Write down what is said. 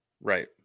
Right